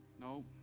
No